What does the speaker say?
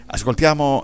Ascoltiamo